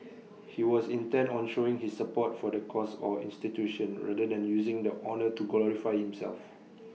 he was intent on showing his support for the cause or institution rather than using the honour to glorify himself